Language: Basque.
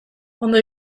ondo